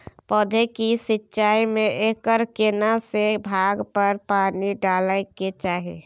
पौधों की सिंचाई में एकर केना से भाग पर पानी डालय के चाही?